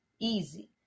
Easy